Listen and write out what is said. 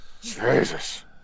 Jesus